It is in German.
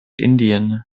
indien